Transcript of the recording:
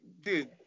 dude